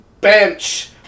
bench